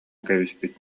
кэбиспит